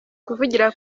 kuvugira